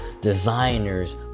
designers